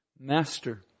master